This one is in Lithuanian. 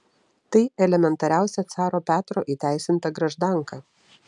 tai elementariausia caro petro įteisinta graždanka